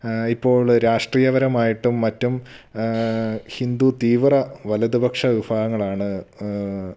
ഇപ്പോൾ രാഷ്ട്രീയപരമായിട്ടും മറ്റും ഹിന്ദു തീവ്ര വലതുപക്ഷ വിഫാഹങ്ങളാണ്